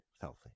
healthy